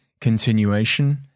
continuation